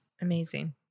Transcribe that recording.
Amazing